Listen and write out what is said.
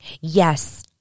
Yes